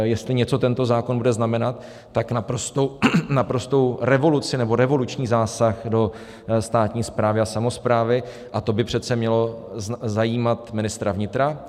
Jestli něco tento zákon bude znamenat, tak naprostou revoluci, nebo revoluční zásah do státní správy a samosprávy, a to by přece mělo zajímat ministra vnitra.